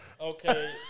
Okay